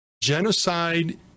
genocide